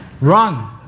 Run